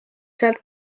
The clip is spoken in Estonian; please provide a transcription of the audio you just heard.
sealt